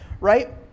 right